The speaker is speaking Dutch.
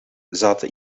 zaten